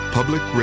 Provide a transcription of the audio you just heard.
Public